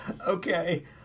Okay